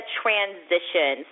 transition